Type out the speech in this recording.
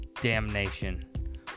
damnation